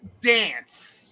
Dance